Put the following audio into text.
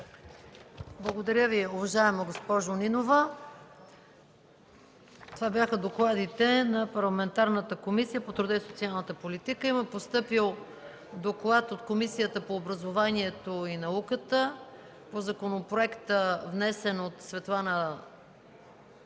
Благодаря Ви, уважаема госпожо Нинова. Това бяха докладите на Парламентарната комисия по труда и социалната политика. Има постъпил доклад от Комисията по образованието и науката по законопроекта, внесен от госпожа Светлана